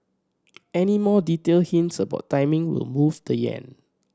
any more detailed hints about timing will move the yen